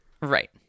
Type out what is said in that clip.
Right